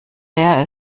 leer